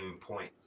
point